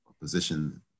position